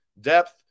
depth